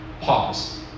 Pause